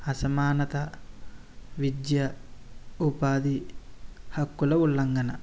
అసమానత విద్య ఉపాధి హక్కుల ఉల్లంగన